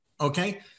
okay